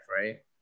right